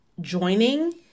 joining